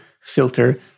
filter